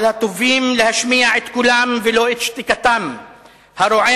על הטובים להשמיע את קולם ולא את שתיקתם הרועמת,